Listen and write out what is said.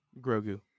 Grogu